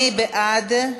מי בעד?